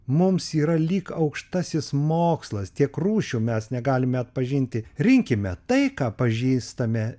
mums yra lyg aukštasis mokslas tiek rūšių mes negalime atpažinti rinkime tai ką pažįstame